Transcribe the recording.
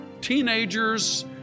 teenagers